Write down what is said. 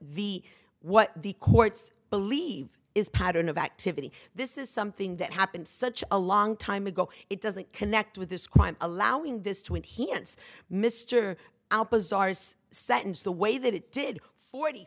the what the courts believe is pattern of activity this is something that happened such a long time ago it doesn't connect with this crime allowing this to end he ends mr sentence the way that it did forty